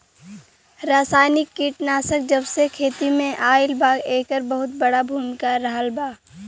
रासायनिक कीटनाशक जबसे खेती में आईल बा येकर बहुत बड़ा भूमिका रहलबा